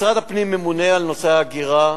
משרד הפנים ממונה על נושא ההגירה,